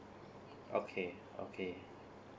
okay okay